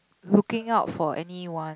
looking out for anyone